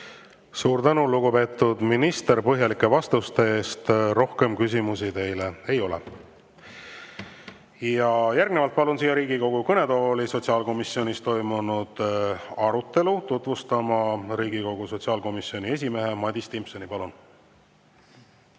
Suur tänu, lugupeetud minister, põhjalike vastuste eest! Rohkem küsimusi teile ei ole. Järgnevalt palun siia Riigikogu kõnetooli sotsiaalkomisjonis toimunud arutelu tutvustama Riigikogu sotsiaalkomisjoni esimehe Madis Timpsoni. Palun!